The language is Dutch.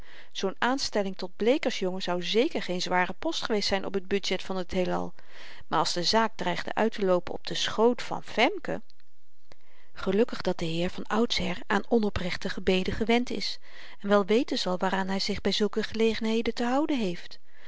zoo'n aanstelling tot bleekersjongen zou zeker geen zware post geweest zyn op t budget van t heelal maar als de zaak dreigde uitteloopen op den schoot van femke gelukkig dat de heer van oudsher aan onoprechte gebeden gewend is en wel weten zal waaraan hy zich by zulke gelegenheden te houden heeft